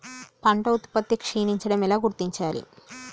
పంట ఉత్పత్తి క్షీణించడం ఎలా గుర్తించాలి?